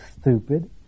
stupid